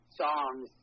songs